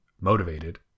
motivated